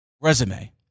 resume